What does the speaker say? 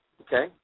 okay